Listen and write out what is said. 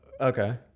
Okay